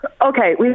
okay